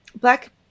Black